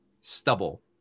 stubble